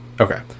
okay